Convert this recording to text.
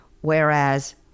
Whereas